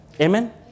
amen